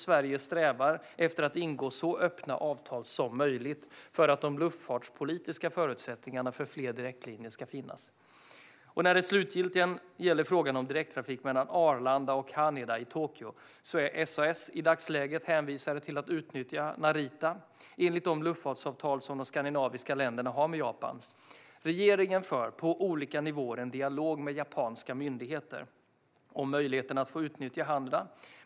Sverige strävar efter att ingå så öppna avtal som möjligt, för att de luftfartspolitiska förutsättningarna för fler direktlinjer ska finnas. När det slutligen gäller frågan om direkttrafik mellan Arlanda och Haneda i Tokyo är SAS i dagsläget hänvisade till att utnyttja Narita, enligt de luftfartsavtal som de skandinaviska länderna har med Japan. Regeringen för, på olika nivåer, en dialog med japanska myndigheter om möjligheten att nyttja Haneda.